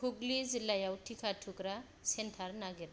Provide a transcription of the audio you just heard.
हुगलि जिल्लायाव टिका थुग्रा सेन्टार नागिर